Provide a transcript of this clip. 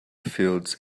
fields